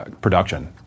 production